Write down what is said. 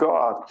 God